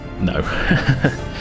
no